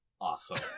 awesome